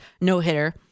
no-hitter